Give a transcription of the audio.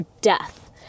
death